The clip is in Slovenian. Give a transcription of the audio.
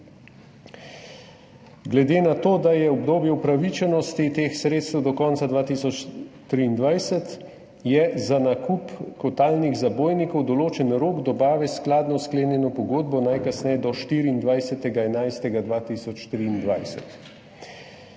Glede na to, da je obdobje upravičenosti teh sredstev do konca 2023, je za nakup kotalnih zabojnikov določen rok dobave skladno s sklenjeno pogodbo najkasneje do 24. 11. 2023.